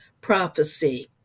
prophecy